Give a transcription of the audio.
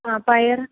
ആ പയർ